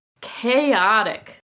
chaotic